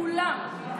כולם,